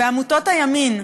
בעמותות הימין.